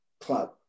club